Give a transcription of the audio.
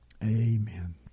Amen